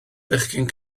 bechgyn